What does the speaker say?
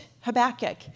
Habakkuk